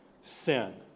sin